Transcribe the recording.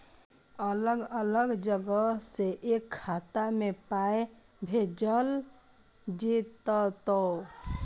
अलग अलग जगह से एक खाता मे पाय भैजल जेततै?